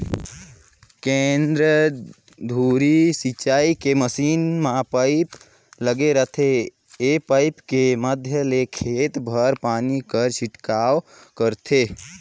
केंद्रीय धुरी सिंचई के मसीन म पाइप लगे रहिथे ए पाइप के माध्यम ले खेत भर पानी कर छिड़काव करथे